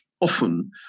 often